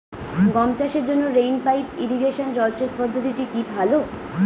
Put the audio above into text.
গম চাষের জন্য রেইন পাইপ ইরিগেশন জলসেচ পদ্ধতিটি কি ভালো?